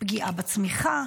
פגיעה בצמיחה.